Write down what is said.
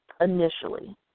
initially